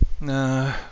No